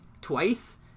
twice